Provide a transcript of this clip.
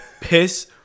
piss